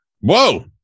Whoa